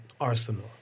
Arsenal